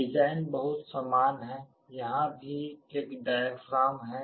design बहुत समान है यहाँ भी एक डायाफ्राम है